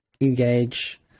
engage